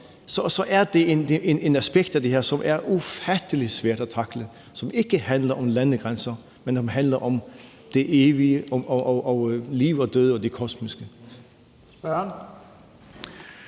er det et aspekt af det her, som er ufattelig svært at tackle. Det handler ikke om landegrænser, men om det evige, liv og død og det kosmiske.